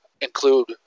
include